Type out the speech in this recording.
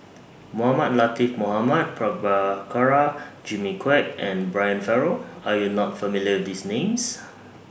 Mohamed Latiff Mohamed Prabhakara Jimmy Quek and Brian Farrell Are YOU not familiar These Names